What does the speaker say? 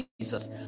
Jesus